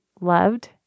loved